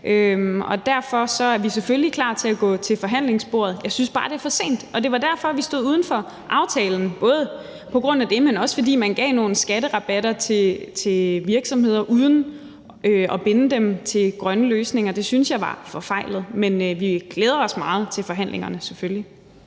Derfor er vi selvfølgelig klar til at gå til forhandlingsbordet, jeg synes bare, det er for sent. Det var derfor, vi stod uden for aftalen, både på grund af det, men også fordi man gav nogle skatterabatter til virksomheder uden at binde dem til grønne løsninger. Det synes jeg var forfejlet. Men vi glæder os meget til forhandlingerne selvfølgelig.